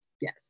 Yes